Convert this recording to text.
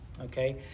Okay